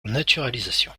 naturalisation